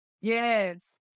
Yes